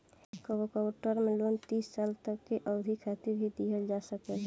कबो कबो term loan तीस साल तक के अवधि खातिर भी दीहल जा सकेला